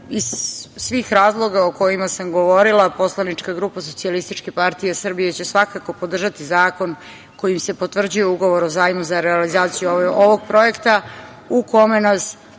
svih razloga o kojima sam govorila poslanička grupa SPS će svakako podržati zakon kojim se potvrđuje Ugovor o zajmu za realizaciju ovog projekta u kome nas